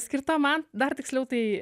skirta man dar tiksliau tai